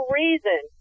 reason